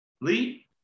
Lee